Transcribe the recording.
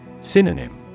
Synonym